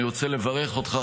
אני רוצה לברך אותך,